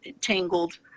tangled